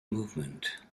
movement